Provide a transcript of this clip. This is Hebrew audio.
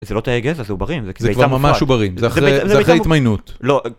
זה לא תאי גזע, זה עוברים. זה כבר ממש עוברים, זה אחרי התמיינות.